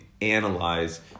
analyze